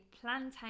plantain